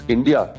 India